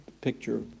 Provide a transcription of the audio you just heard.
picture